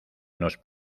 nos